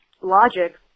logic